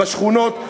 בשכונות.